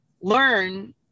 learn